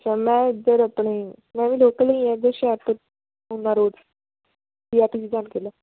ਹੁਣ ਮੈਂ ਇੱਧਰ ਆਪਣੇ ਮੈਂ ਵੀ ਲੋਕਲ ਹੀ ਹਾਂ ਇੱਧਰ ਹੁਸ਼ਿਆਰਪੁਰ ਊਨਾ ਰੋਡ